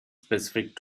specific